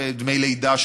דמי לידה,